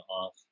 off